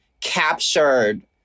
captured